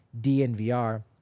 dnvr